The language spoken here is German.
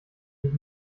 mich